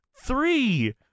three